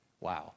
Wow